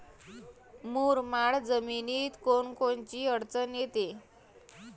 मुरमाड जमीनीत कोनकोनची अडचन येते?